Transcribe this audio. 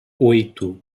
oito